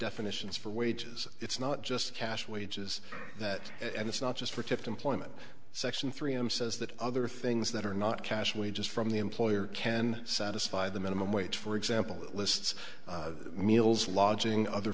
definitions for wages it's not just cash wages that it's not just for tipped employment section three i'm says that other things that are not cash wages from the employer can satisfy the minimum wage for example lists meals lodging other